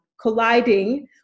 colliding